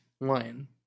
line